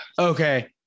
Okay